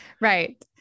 Right